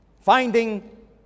Finding